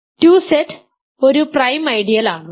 2Z ഒരു ഒരു prime ideal ആണ്